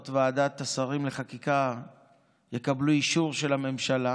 ועדת השרים לחקיקה יקבלו אישור של הממשלה.